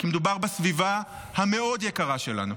כי מדובר בסביבה המאוד-יקרה שלנו.